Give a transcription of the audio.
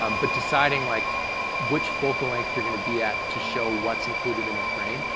um but deciding like which focal length you're gonna be at to show what's included in the frame.